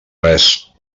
res